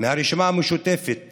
מהרשימה המשותפת